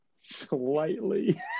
Slightly